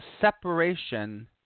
separation